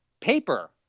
Paper